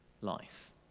life